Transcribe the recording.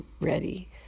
ready